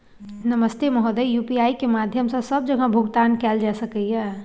नमस्ते महोदय, यु.पी.आई के माध्यम सं सब जगह भुगतान कैल जाए सकल ये?